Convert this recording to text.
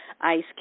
Ice